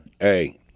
hey